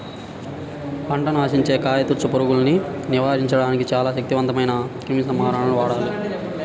పంటను ఆశించే కాయతొలుచు పురుగుల్ని నివారించడానికి చాలా శక్తివంతమైన క్రిమిసంహారకాలను వాడాలి